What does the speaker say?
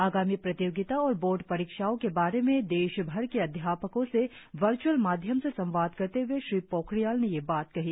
आगामी प्रतियोगिता और बोर्ड परीक्षाओं के बारे में देशभर के अध्यापकों से वर्च्अल माध्यम से संवाद करते हए श्री पोखरियाल ने यह बात कही